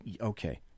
okay